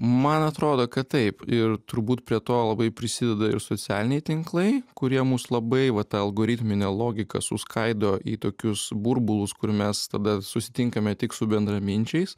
man atrodo kad taip ir turbūt prie to labai prisideda ir socialiniai tinklai kurie mus labai vat ta algoritminė logika suskaido į tokius burbulus kur mes tada susitinkame tik su bendraminčiais